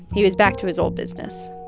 he was back to his old business